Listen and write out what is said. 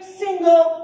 single